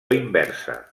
inversa